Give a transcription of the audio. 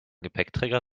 gepäckträger